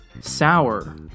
sour